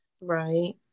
Right